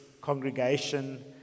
congregation